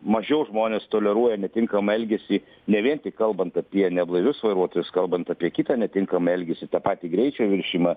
mažiau žmonės toleruoja netinkamą elgesį ne vien tik kalbant apie neblaivius vairuotojus kalbant apie kitą netinkamą elgesį tą patį greičio viršijimą